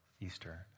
Easter